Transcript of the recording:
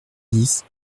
dix